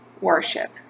worship